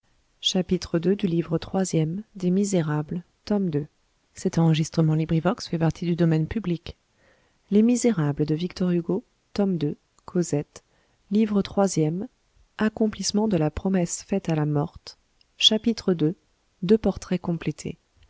livre troisième accomplissement de la promesse faite à la morte chapitre i la question de l'eau à montfermeil chapitre ii deux portraits complétés